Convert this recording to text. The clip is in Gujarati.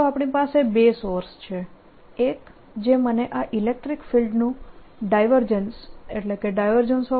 તો આપણી પાસે બે સોર્સ છે એક જે મને આ ઇલેક્ટ્રીક ફિલ્ડનું ડાયવર્જન્સ